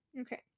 Okay